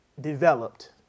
developed